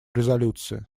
резолюции